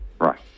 Right